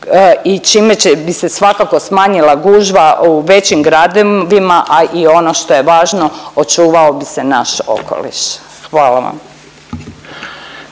i čime bi se svakako smanjila gužva u većim gradovima, a i ono što je važno očuvao bi se naš okoliš. Hvala vam.